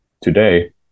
today